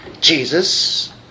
Jesus